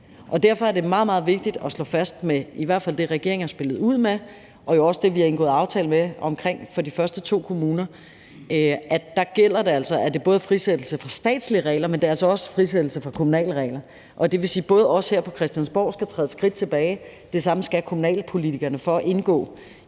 og derfor er det meget, meget vigtigt at slå fast med i hvert fald det, regeringen har spillet ud med, og jo også det, vi har indgået aftale omkring for de første to kommuner, at der gælder det altså, at det både er frisættelse fra statslige regler, men altså også er frisættelse fra kommunale regler. Det vil sige, at vi her på Christiansborg skal træde et skridt tilbage, det samme skal kommunalpolitikerne, for at indgå